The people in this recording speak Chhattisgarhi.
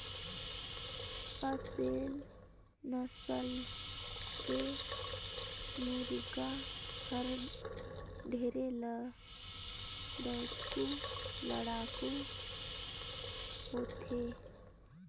असेल नसल के मुरगा हर ढेरे लड़ाकू होथे